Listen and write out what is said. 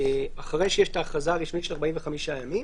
אחרי שיש ההכרזה הרשמית של 45 ימים,